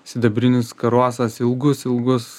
sidabrinis karosas ilgus ilgus